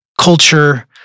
culture